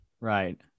Right